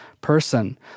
person